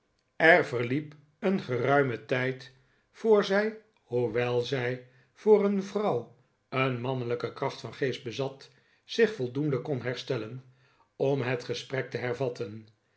er verliep een geruime tijd voor zij hoewel zij voor een vrouw een mannelijke kracht van geest bezat zich voldoende kon herstellen om het gesprek te hervatten